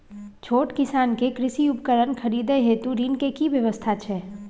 छोट किसान के कृषि उपकरण खरीदय हेतु ऋण के की व्यवस्था छै?